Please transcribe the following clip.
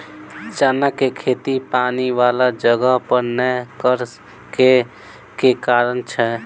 चना केँ खेती पानि वला जगह पर नै करऽ केँ के कारण छै?